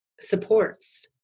supports